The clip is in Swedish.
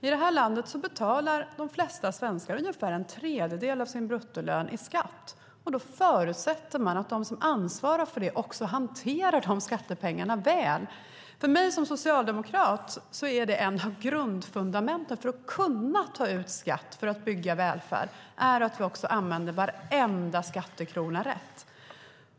I det här landet betalar de flesta svenskar ungefär en tredjedel av sin bruttolön i skatt. Då förutsätter vi att de som ansvarar för dessa skattepengar också hanterar dem väl. För mig som socialdemokrat är ett av grundfundamenten för att kunna ta ut skatt och bygga välfärd att vi använder varenda skattekrona rätt.